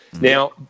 Now